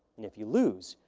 if you lose,